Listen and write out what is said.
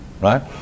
right